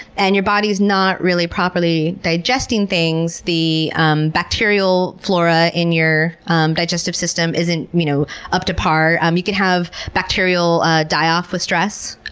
and your body's not really properly digesting things. the um bacterial flora in your um digestive system isn't you know up to par. um you can have bacterial die off with stress,